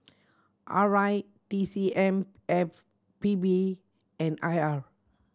R I T C M E P B and I R